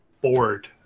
bored